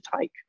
take